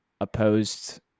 opposed